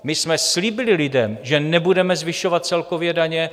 My jsme slíbili lidem, že nebudeme zvyšovat celkově daně.